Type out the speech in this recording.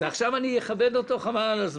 עכשיו אני אכבד אותו מאוד,